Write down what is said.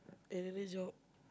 another job